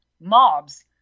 mobs